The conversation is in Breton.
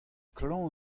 klañv